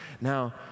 Now